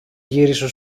γύρισε